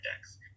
decks